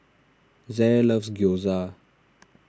Zaire loves Gyoza